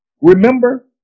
remember